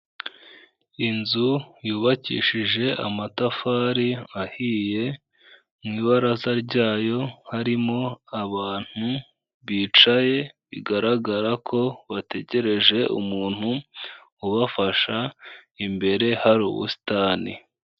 Inzu yubakishije amatafari ahiye, mu ibaraza ryayo harimo abantu bicaye, bigaragara ko bategereje umuntu ubafasha, imbere hari ubusitani.